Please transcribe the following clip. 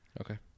Okay